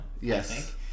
Yes